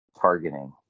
targeting